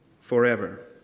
forever